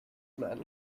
man